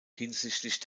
hinsichtlich